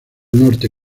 norte